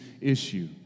issue